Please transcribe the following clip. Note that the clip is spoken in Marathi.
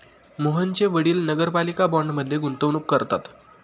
मोहनचे वडील नगरपालिका बाँडमध्ये गुंतवणूक करतात